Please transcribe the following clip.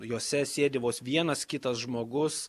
jose sėdi vos vienas kitas žmogus